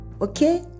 Okay